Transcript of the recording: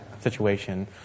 situation